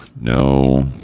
No